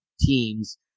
teams